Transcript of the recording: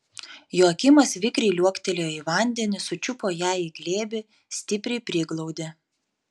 joakimas vikriai liuoktelėjo į vandenį sučiupo ją į glėbį stipriai priglaudė